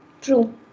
true